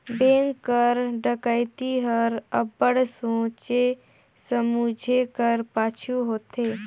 bank कर डकइती हर अब्बड़ सोंचे समुझे कर पाछू होथे